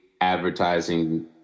advertising